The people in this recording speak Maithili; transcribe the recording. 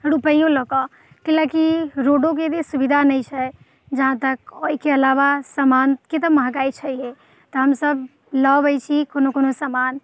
रुपैओ लऽ कऽ किएकि लऽ कऽ कि रोडोके सुविधा नहि छै यहाँ तक ओहिके अलावा सामानके तऽ महगाइ छैए तहन सब लऽ अबै छी कोनो कोनो सामान